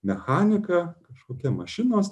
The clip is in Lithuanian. mechanika kažkokia mašinos